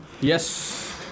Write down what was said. Yes